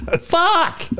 Fuck